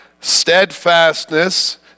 steadfastness